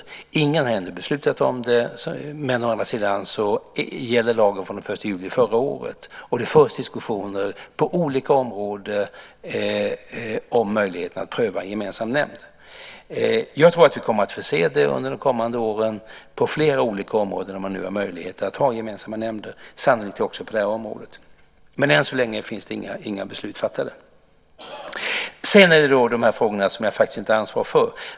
Ingen har å ena sidan ännu beslutat om det, men å andra sidan gäller lagen från den 1 juli förra året, och det förs diskussioner på olika områden om möjligheten att pröva en gemensam nämnd. Jag tror att vi kommer att få se det under de kommande åren på flera olika områden där man nu har möjlighet att ha gemensamma nämnder, sannolikt också på det här området. Men än så länge finns det inga beslut fattade. Sedan kommer jag då till de frågor som jag faktiskt inte har ansvar för.